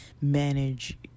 manage